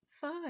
five